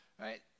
right